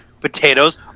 potatoes